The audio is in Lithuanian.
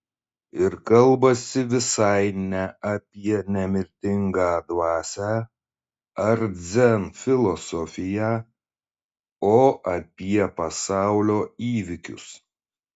ir kalbasi visai ne apie nemirtingą dvasią ar dzen filosofiją o apie pasaulio įvykius